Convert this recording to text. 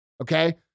okay